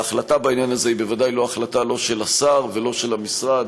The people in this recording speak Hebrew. ההחלטה בעניין הזה היא בוודאי לא החלטה של השר ולא של המשרד,